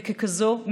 וככזאת,